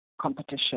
competition